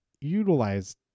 utilized